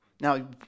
Now